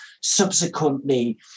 subsequently